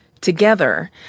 together